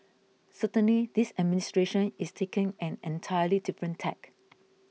certainly this administration is taking an entirely different tack